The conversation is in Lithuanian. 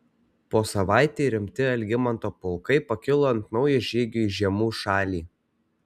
po savaitei rimti algimanto pulkai pakilo ant naujo žygio į žiemių šalį